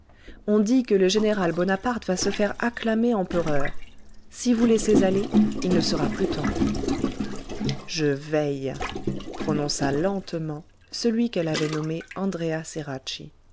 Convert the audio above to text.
on dit que le général bonaparte va se faire acclamer empereur si vous laissez aller il ne sera plus temps je veille prononça lentement celui qu'elle avait nommé andréa